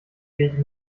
wenig